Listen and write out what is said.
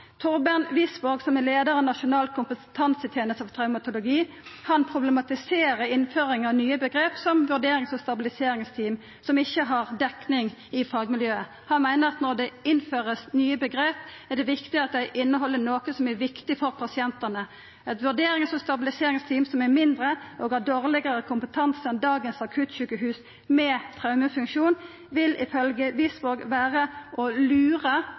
Torben Wisborg, som er leiar av Nasjonal kompetanseteneste for traumatologi, problematiserer innføringa av nye omgrep som vurderings- og stabiliseringsteam, som ikkje har dekning i fagmiljøet. Han meiner at når det vert innført nye omgrep, er det viktig at dei inneheld noko som er viktig for pasientane. Eit vurderings- og stabiliseringsteam som er mindre og har dårlegare kompetanse enn eit akuttsjukehus med traumefunksjon, vil ifølgje Wisborg vera å lura